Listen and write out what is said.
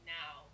now